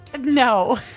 No